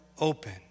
open